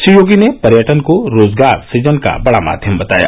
श्री योगी ने पर्यटन को रोजगार सृजन का बड़ा माध्यम बताया